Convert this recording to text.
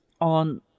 on